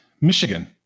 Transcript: Michigan